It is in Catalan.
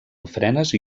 ofrenes